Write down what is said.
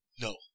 No